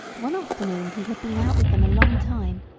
one afternoon he had been out with them a long time,